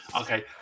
okay